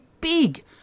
big